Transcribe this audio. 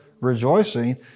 rejoicing